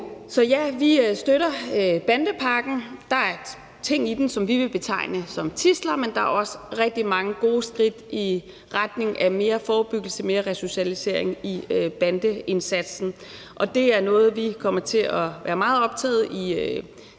Så ja, vi støtter bandepakken. Der er ting i den, som vi vil betegne som tidsler, men der er også rigtig mange gode skridt i retning af mere forebyggelse og mere resocialisering i bandeindsatsen. Det er noget, vi kommer til at være meget optaget af i det